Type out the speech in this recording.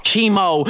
Chemo